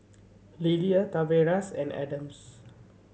Lillia Tavares and Adams